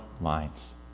lines